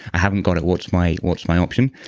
i haven't got it. what's my what's my option?